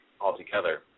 altogether